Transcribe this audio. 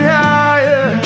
higher